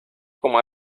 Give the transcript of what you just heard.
como